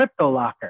CryptoLocker